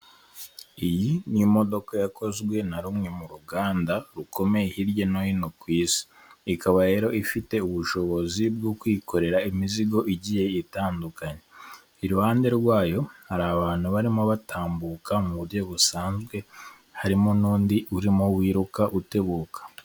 Iyi ni imodoka yakozwe na rumwe mu ruganda rukomeye hirya no hino ku isi, ikaba rero ifite ubushobozi bwo kwikorera imizigo igiye itandukanye, iruhande rwayo hari abantu barimo batambuka mu buryo busanzwe, harimo n'undi urimo wiruka utebuka.